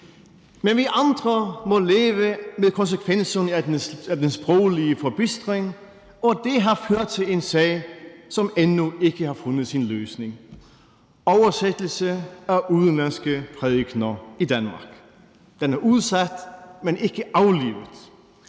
Men vi andre må leve med konsekvenserne af den sproglige forbistring, og det har ført til en sag, som endnu ikke har fundet sin løsning: oversættelse af udenlandske prædikener i Danmark. Den er udsat, men ikke aflivet.